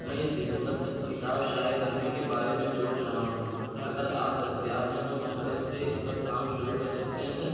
میں اس دسمبر تک کتاب شائع کرنے کے بارے میں سوچ رہا ہوں اگر آپ دستیاب ہیں تو ہم کل سے اس پر کام شروع کر سکتے ہیں سر